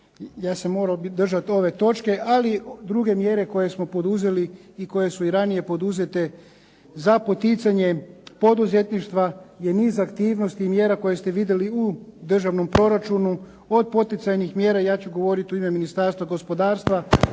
ja se moram držati ove točke, ali druge mjere koje smo poduzeli i koje su i ranije poduzete za poticanje poduzetništva je niz aktivnosti i mjera koje ste vidjeli u državnom proračunu od poticajnih mjera, ja ću govoriti u ime Ministarstva gospodarstva,